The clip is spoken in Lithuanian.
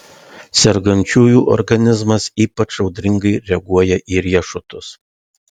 sergančiųjų organizmas ypač audringai reaguoja į riešutus